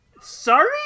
Sorry